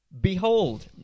behold